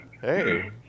Hey